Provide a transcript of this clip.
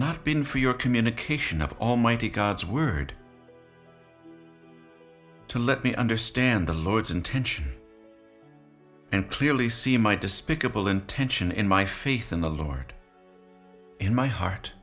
not been for your communication of almighty god's word to let me understand the lord's intention and clearly see my despicable intention in my faith in the lord in my heart